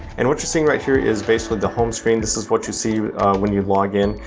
and what you're seeing right here is basically the home screen. this is what you see when you log in.